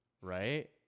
right